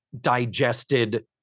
digested